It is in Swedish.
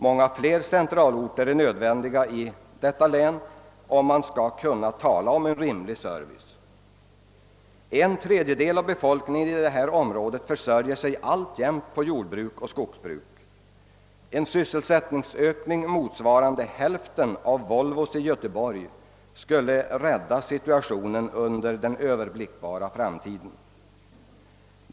Många fler centralorter är nödvändiga i detta län, om man skall kunna tala om en rimlig service. En tredjedel av befolkningen i detta område försörjer sig alltjämt på jordoch skogsbruk. En <sysselsättningsökning motsvarande hälften av Volvos i Göteborg skulle rädda situationen under den överblickbara framtiden.